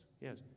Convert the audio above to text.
yes